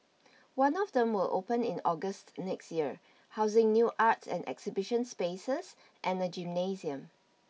one of them will open in August next year housing new arts and exhibition spaces and a gymnasium